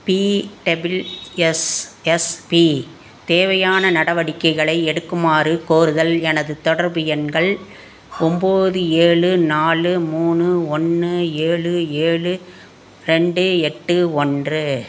BWSSB தேவையான நடவடிக்கைகளை எடுக்குமாறு கோருதல் எனது தொடர்பு எண்கள் ஒன்போது ஏழு நாலு மூணு ஒன்று ஏழு ஏழு ரெண்டு எட்டு ஒன்று